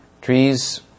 Trees